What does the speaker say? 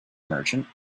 merchant